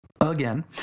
Again